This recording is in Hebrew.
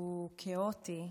שהוא כאוטי,